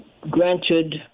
granted